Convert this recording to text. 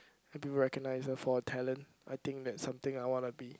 people recognise her for her talent I think that's something I wanna be